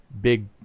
Big